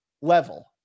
level